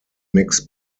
mixed